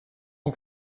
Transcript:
ans